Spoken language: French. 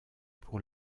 pour